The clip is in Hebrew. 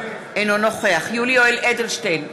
אינו נוכח יולי יואל אדלשטיין,